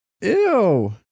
Ew